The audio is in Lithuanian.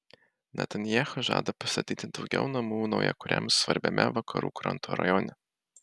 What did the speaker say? netanyahu žada pastatyti daugiau namų naujakuriams svarbiame vakarų kranto rajone